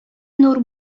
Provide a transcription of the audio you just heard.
нур